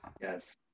Yes